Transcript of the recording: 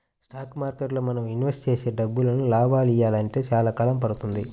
stock మార్కెట్టులో మనం invest చేసే డబ్బులు లాభాలనియ్యాలంటే చానా కాలం పడుతుంది